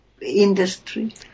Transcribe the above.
industry